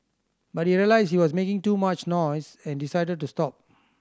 but he realised he was making too much noise and decided to stop